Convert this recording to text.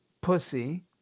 pussy